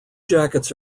jackets